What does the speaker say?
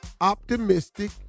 optimistic